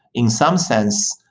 in some sense,